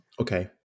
Okay